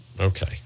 okay